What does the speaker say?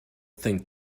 think